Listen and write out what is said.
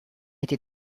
été